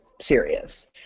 serious